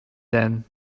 then